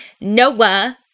Noah